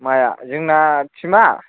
माया जोंना तिम्मा